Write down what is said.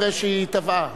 אחרי שהיא טבעה.